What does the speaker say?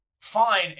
fine